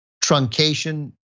truncation